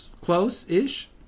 close-ish